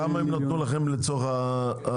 כמה הם נתנו לכם לצורך הפיטורים?